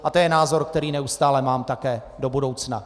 A to je názor, který neustále mám také do budoucna.